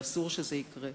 ואסור שזה יקרה.